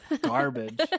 garbage